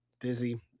busy